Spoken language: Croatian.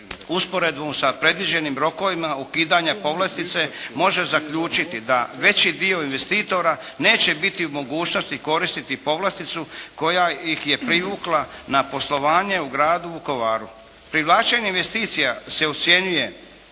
usporedno sa predviđenim rokovima ukidanja povlastice može zaključiti da veći dio investitora neće biti u mogućnosti koristiti povlasticu koja ih je privukla na poslovanje u gradu Vukovaru. Privlačenje investicija se ocjenjuje